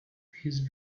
his